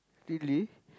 really